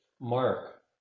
Mark